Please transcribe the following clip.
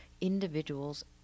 Individuals